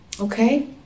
Okay